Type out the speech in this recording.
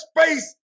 space